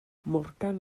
morgan